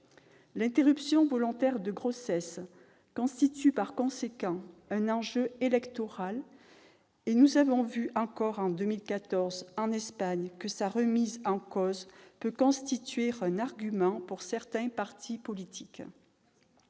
L'interruption volontaire de grossesse constitue par conséquent un enjeu électoral. En Espagne, en 2014, sa remise en cause a pu constituer un argument pour certains partis politiques.